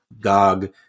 Gog